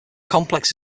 complex